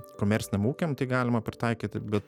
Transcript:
komerciniam ūkiam tai galima pritaikyti bet